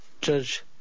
Judge